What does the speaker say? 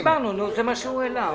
דיברנו, זה מה שהוא העלה.